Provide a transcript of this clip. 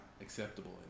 acceptable